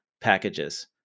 packages